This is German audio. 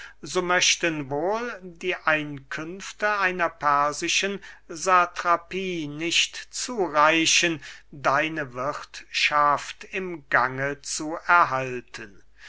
so möchten wohl die einkünfte einer persischen satrapie nicht zureichen deine wirthschaft im gange zu erhalten